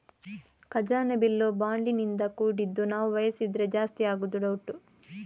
ಖಜಾನೆ ಬಿಲ್ಲು ಬಾಂಡಿನಿಂದ ಕೂಡಿದ್ದು ನಾವು ಬಯಸಿದ್ರೆ ಜಾಸ್ತಿ ಆಗುದು ಡೌಟ್